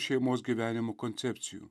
šeimos gyvenimo koncepcijų